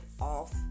off